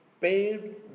paid